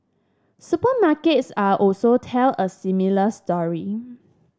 supermarkets are also tell a similar story